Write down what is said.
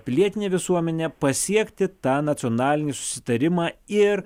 pilietinę visuomenę pasiekti tą nacionalinį susitarimą ir